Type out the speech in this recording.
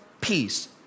peace